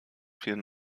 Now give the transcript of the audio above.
vielen